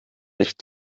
nicht